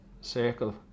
circle